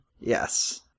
Yes